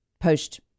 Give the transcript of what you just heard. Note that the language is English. Post